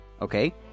Okay